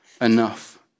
Enough